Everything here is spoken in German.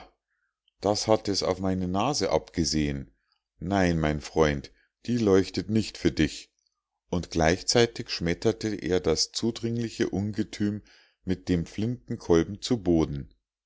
das hat es auf meine nase abgesehen nein mein freund die leuchtet nicht für dich und gleichzeitig schmetterte er das zudringliche ungetüm mit dem flintenkolben zu boden